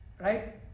right